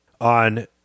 on